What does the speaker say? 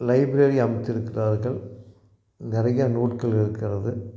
library அமைத்திருக்கிறார்கள் நிறையா நூல்கள் இருக்கிறது